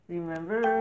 Remember